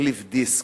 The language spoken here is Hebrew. תחליף דיסק.